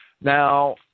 Now